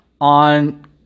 on